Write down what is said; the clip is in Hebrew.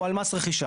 הוא על מס רכישה.